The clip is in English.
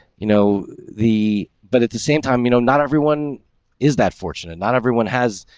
you know, the but at the same time, you know, not everyone is that fortunate. not everyone has,